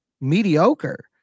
mediocre